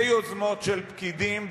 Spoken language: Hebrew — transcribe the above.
ביוזמות של פקידים,